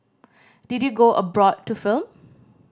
did you go abroad to film